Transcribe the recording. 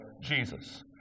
Jesus